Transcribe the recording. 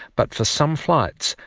but for some flights,